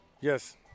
Yes